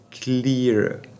clear